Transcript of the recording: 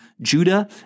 Judah